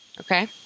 Okay